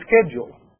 schedule